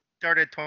Started